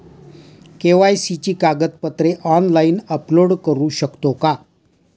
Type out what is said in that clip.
KYC ची कागदपत्रे online upload करू शकतो का?